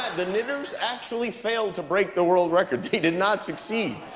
the knitters actually failed to break the world record. they did not succeed,